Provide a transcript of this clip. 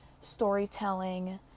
storytelling